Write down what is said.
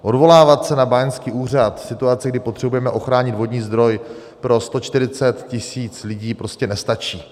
Odvolávat se na báňský úřad v situaci, kdy potřebujeme ochránit vodní zdroj pro 140 tisíc lidí, prostě nestačí.